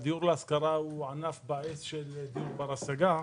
הדיור להשכרה הוא ענף בעץ של דיור בר השגה.